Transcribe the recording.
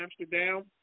Amsterdam